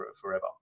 forever